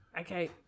Okay